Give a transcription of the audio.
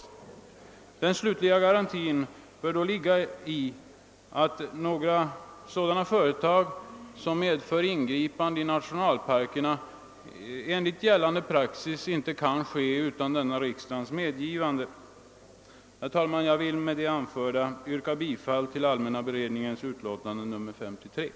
Den slutliga garantin bör ligga däri, att företag som medför ingripanden i nationalparkerna enligt gällande praxis inte kan komma till stånd utan riksdagens medgivande. Herr talman! Med det anförda ber jag att få yrka bifall till utskottets hemställan.